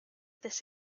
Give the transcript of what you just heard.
this